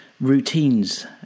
routines